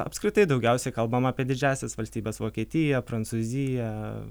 apskritai daugiausiai kalbama apie didžiąsias valstybes vokietiją prancūziją